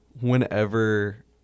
whenever